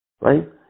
right